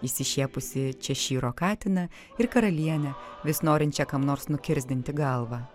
išsišiepusį češyro katiną ir karalienę vis norinčią kam nors nukirsdinti galvą